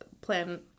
Plan